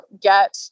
get